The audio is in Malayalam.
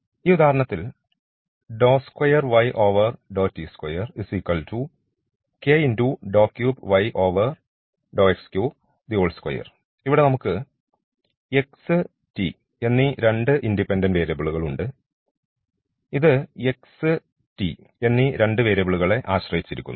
ഈ ഉദാഹരണത്തിൽ ഇവിടെ നമുക്ക് x t എന്നീ രണ്ട് ഇൻഡിപെൻഡൻറ് വേരിയബിൾകൾ ഉണ്ട് ഇത് x t എന്നീ രണ്ട് വേരിയബിളുകളെ ആശ്രയിച്ചിരിക്കുന്നു